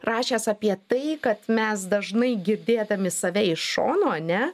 rašęs apie tai kad mes dažnai girdėdami save iš šono ane